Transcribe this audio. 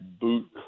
boot